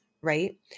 right